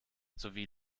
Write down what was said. sowie